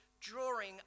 drawing